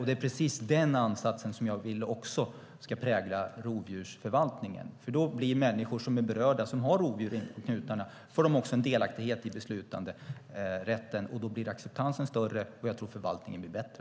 Det är precis en sådan ansats som jag vill också ska prägla rovdjursförvaltningen, för då får människor som är berörda och som har rovdjur inpå knuten en delaktighet i beslutanderätten. Då blir acceptansen större, och jag tror att förvaltningen blir bättre.